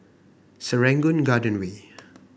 Serangoon Garden Way